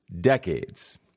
decades